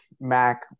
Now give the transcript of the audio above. Mac